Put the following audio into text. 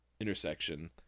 intersection